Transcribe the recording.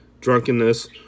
drunkenness